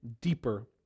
deeper